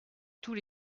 tous